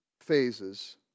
phases